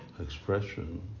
expression